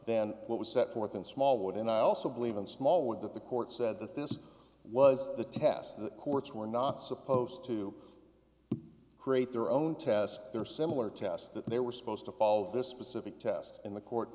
then what was set forth in small would and i also believe in smallwood that the court said that this was the test that courts were not supposed to create their own test or similar tests that they were supposed to follow this specific test and the court